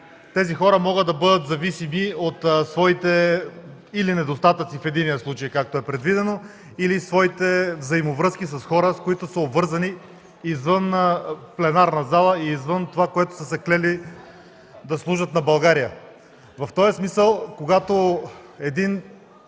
тези хора могат да бъдат зависими от своите недостатъци в единия случай, както е предвидено, или в своите взаимовръзки с хора, които са обвързани извън пленарната зала, извън това, в което са се клели – да служат на България. В този смисъл, когато народен